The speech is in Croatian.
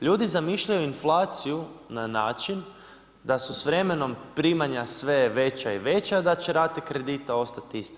Ljudi zamišljaju inflaciju na način, da su s vremenom primanja sve veća i veća, da će rate kredita ostati ista.